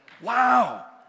Wow